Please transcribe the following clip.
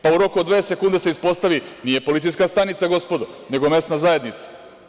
Pa se u roku od dve sekunde ispostavi – nije policijska stanica, gospodo, nego mesna zajednica.